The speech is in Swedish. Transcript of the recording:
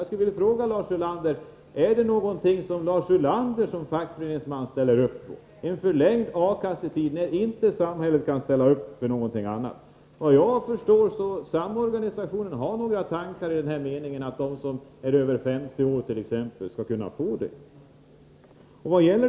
Ställer Lars Ulander såsom fackföreningsman upp på en förlängd A-kassetid, när inte samhället kan erbjuda någonting annat? Samorganisationen har några tankar om att de som är över 50 år skall kunna få sådan hjälp.